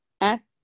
ask